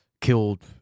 killed